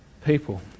People